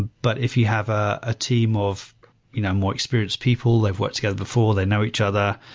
but if you have a ah team of you know more experienced people, they've worked together before, they know each other,